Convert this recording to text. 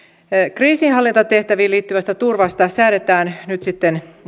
kriisinhallintatehtäviin liittyvästä turvasta säädetään nyt sitten